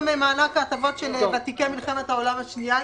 מעלה את ההטבות של ותיקי מלחמת העולם השנייה,